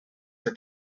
for